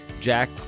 Jack